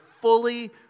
fully